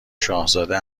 شاهزاده